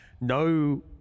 no